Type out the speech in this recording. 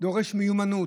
דורשת מיומנות,